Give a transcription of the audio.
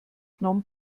phnom